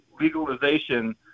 legalization